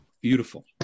beautiful